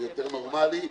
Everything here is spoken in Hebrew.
ויותר נורמלי,